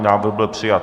Návrh byl přijat.